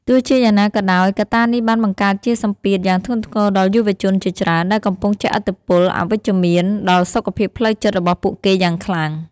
ទោះជាយ៉ាងណាក៏ដោយ កត្តានេះបានបង្កើតជាសម្ពាធយ៉ាងធ្ងន់ធ្ងរដល់យុវជនជាច្រើន ដែលកំពុងជះឥទ្ធិពលអវិជ្ជមានដល់សុខភាពផ្លូវចិត្តរបស់ពួកគេយ៉ាងខ្លាំង។